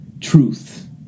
truth